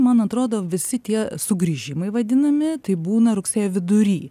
man atrodo visi tie sugrįžimai vadinami taip būna rugsėjo vidury